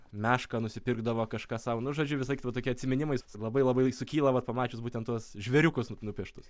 mešką nusipirkdavo kažką sau nu žodžiu visąlaik va tokie atsiminimais labai labai sukyla vos pamačius būtent tuos žvėriukus nupieštus